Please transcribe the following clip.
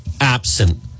absent